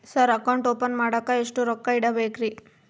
Sir account open ಮಾಡಾಕ ಎಷ್ಟು ರೊಕ್ಕ ಇಡಬೇಕ್ರಿ?